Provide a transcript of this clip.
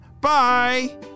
Bye